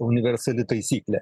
universali taisyklė